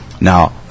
now